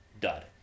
Dud